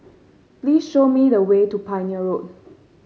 please show me the way to Pioneer Road